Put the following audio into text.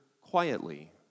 quietly